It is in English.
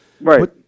Right